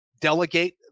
delegate